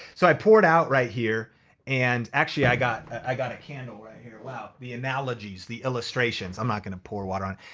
so i pour it out right here and actually i got i got a candle right here, wow. the analogies, the illustrations i'm not gonna pour water on.